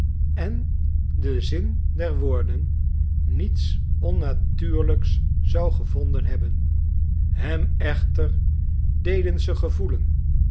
en den zin der woorden niets onnatuurlijks zou gevonden hebben hem echter deden ze gevoelen